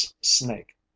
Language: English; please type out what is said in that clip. snake